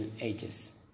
Ages